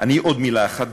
עוד מילה אחת,